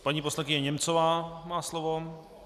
Paní poslankyně Němcová má slovo.